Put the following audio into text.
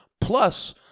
Plus